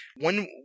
one